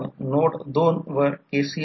तर या प्रकरणात हे R L K 2 R L आणि X L K 2 X L